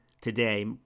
today